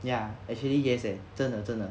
ya actually yes eh 真的真的